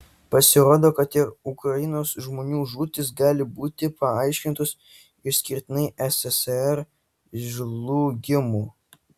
pasirodo kad ir ukrainos žmonių žūtys gali būti paaiškintos išskirtinai sssr žlugimu